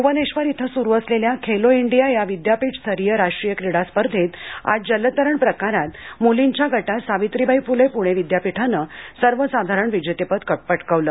भूवनेश्वर इथं सुरु असलेल्या खेलो इंडिया या विद्यापीठ स्तरीय राष्ट्रीय क्रीडा स्पर्धेंत आज जलतरण प्रकारात मुलींच्या गटात सावित्रीबाई फुले प्णे विद्यापीठानं सर्वसाधारण विजेतेपद पटकावलं